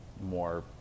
more